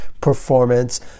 performance